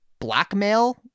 blackmail